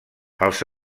els